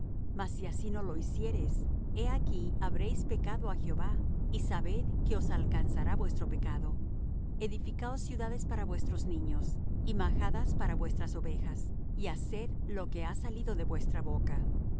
mas si así no lo hiciereis he aquí habréis pecado á jehová y sabed que os alcanzará vuestro pecado edificaos ciudades para vuestros niños y majadas para vuestras ovejas y haced lo que ha salido de vuestra boca